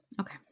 okay